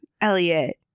Elliot